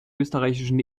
österreichischen